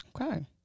Okay